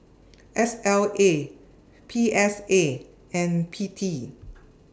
S L A P S A and P T